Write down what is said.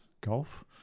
golf